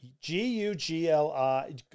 g-u-g-l-i